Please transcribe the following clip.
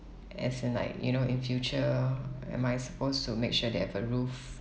as in like you know in future am I supposed to make sure they have a roof